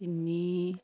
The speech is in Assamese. তিনি